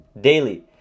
daily